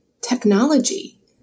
technology